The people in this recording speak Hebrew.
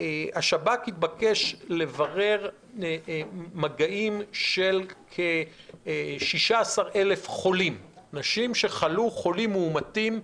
השב"כ התבקש לברר מגעים של כ-16 אלף חולים אנשים שהם חולים מאומתים.